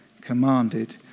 commanded